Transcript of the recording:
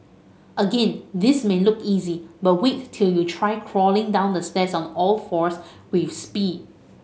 again this may look easy but wait till you try crawling down the stairs on all fours with speed